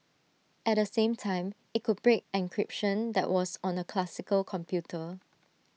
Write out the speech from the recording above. at the same time IT could break encryption that was on A classical computer